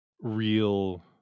real